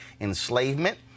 enslavement